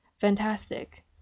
Fantastic